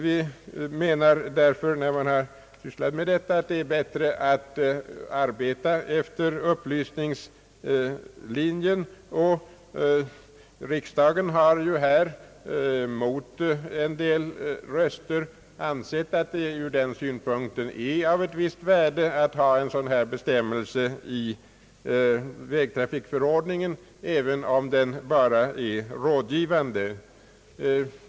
Vi som har sysslat med denna fråga menar därför att det är bättre att arbeta efter upplysningslinjen. Riksdagen har ju här mot en del röster ansett, att det ur den synpunkten är av visst värde att ha en sådan här bestämmelse i vägtrafikförordningen, även om den bara är rådgivande.